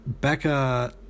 Becca